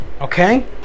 Okay